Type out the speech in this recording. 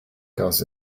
comes